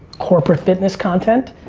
corporate fitness content.